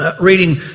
reading